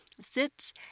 sits